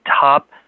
top